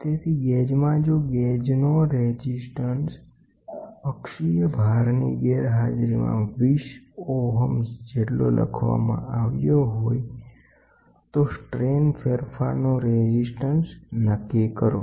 તેથી ગેજમાં જો ગેજનો અવરોધ અક્ષીય ભારની ગેરહાજરીમાં 20 ઓહ્મ લખવામાં આવ્યો હોય તો સ્ટ્રેઇન ફેરફારનો અવરોધ નક્કી કરો